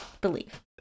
believe